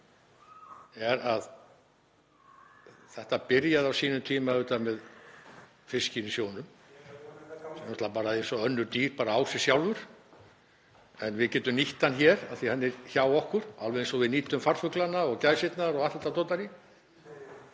er að þetta byrjaði á sínum tíma auðvitað með fiskinn í sjónum sem, náttúrlega bara eins og önnur dýr, á sig sjálfur en við getum nýtt hann hér af því að hann er hjá okkur, alveg eins og við nýtum farfuglana og gæsirnar og allt þetta